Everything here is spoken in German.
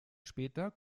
später